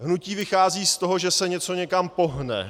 Hnutí vychází z toho, že se něco někam pohne.